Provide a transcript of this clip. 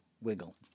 wiggle